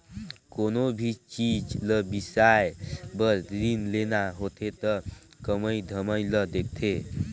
कोनो भी चीच ल बिसाए बर रीन लेना होथे त कमई धमई ल देखथें